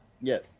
Yes